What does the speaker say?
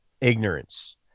ignorance